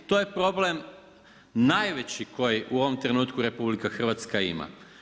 To je problem, najveći koji u ovom trenutku RH ima.